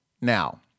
Now